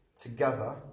together